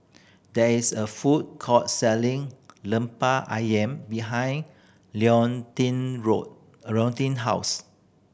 there is a food court selling Lemper Ayam behind Leontine Road Leontine house